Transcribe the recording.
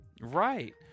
right